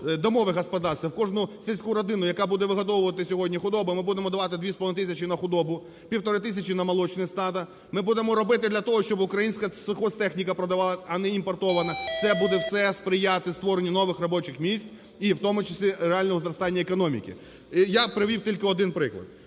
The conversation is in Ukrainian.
домове господарство, в кожну сільську родину, яка буде вигодовувати сьогодні худобу, ми будемо давати дві з половиною тисячі, півтори тисячі на молочні стада. Ми будемо робити для того, щоб українська сільгосптехніка продавалась, а не імпортована. Це буде все сприяти створенню нових робочих місць і в тому числі реального зростання економіки. Я привів тільки один приклад.